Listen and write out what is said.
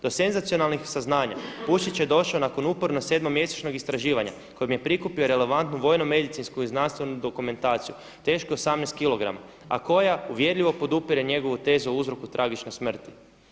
Do senzacionalnih saznanja Pušić je došao nakon uporno 7-mjesečnog istraživanja kojim je prikupio relevantno vojnu-medicinsku i znanstvenu dokumentaciju tešku 18 kg a koja uvjerljivo podupire njegovu tezu o uzroku tragične smrti.